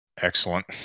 Excellent